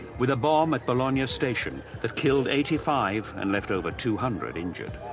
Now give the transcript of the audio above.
with a bomb at bologna station that killed eighty five and left over two hundred injured.